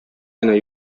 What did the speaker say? генә